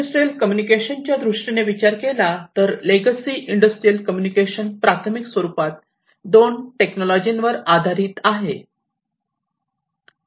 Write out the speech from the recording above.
industrial कम्युनिकेशनच्या दृष्टीने विचार केला तर लेगसी इंडस्ट्रियल कम्युनिकेशन प्राथमिक स्वरूपात 2 टेक्नॉलॉजी वर आधारित आहे